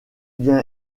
bien